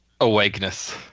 Awakeness